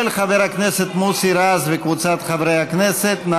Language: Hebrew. של חבר הכנסת מוסי רז וקבוצת חברי הכנסת.